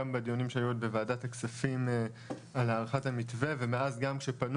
גם בדיונים שהיו בוועדת הכספים על הארכת המתווה ומאז גם כשפנו